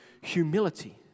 humility